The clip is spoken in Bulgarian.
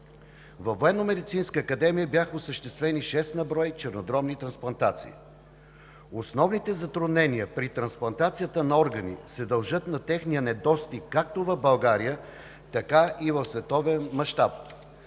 академия бяха осъществени 6 на брой чернодробни трансплантации. Основните затруднения при трансплантацията на органи се дължат на техния недостиг както в България, така и в световен мащаб.